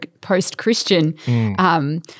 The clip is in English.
post-Christian